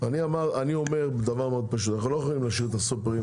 אנחנו לא יכולים להשאיר את הסופרים